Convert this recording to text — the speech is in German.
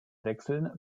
wechseln